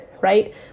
right